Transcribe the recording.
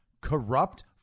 corrupt